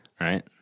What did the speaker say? right